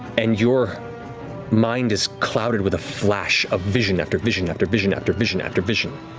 and your mind is clouded with a flash of vision after vision after vision after vision after vision.